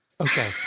Okay